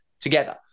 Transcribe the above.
together